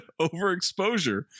overexposure